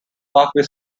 parkway